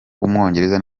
w’umwongereza